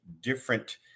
different